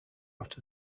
out